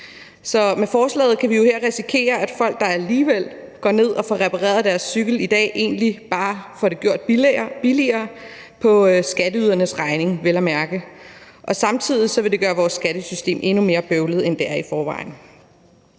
Så med forslaget her kan vi jo risikere, at folk, der alligevel går ned og får repareret deres cykel i dag, egentlig bare får det gjort billigere på skatteydernes regning vel at mærke. Samtidig vil det gøre vores skattesystem endnu mere bøvlet, end det er i forvejen.